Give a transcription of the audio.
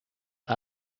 are